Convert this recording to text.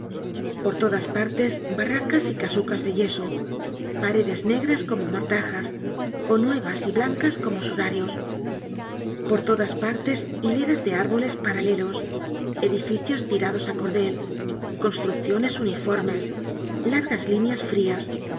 por todas parles barracas y casucas de yeso paredes negras como mor tajas ó nuevas y blancas como sudarios por todas partes hileras de árboles paralelos edificios tirados á cordel construcciones uniformes largas líneas frias